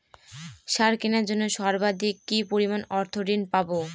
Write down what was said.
সার কেনার জন্য সর্বাধিক কি পরিমাণ অর্থ ঋণ পাব?